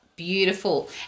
beautiful